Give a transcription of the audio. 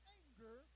anger